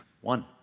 one